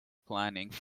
plans